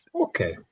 okay